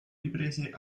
riprese